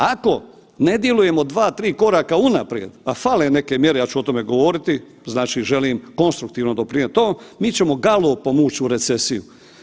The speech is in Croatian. Ako ne djelujemo 2-3 koraka unaprijed, a fale neke mjere, ja ću o tome govoriti, znači želim konstruktivno doprinijeti tom, mi ćemo galopom uć u recesiju.